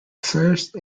first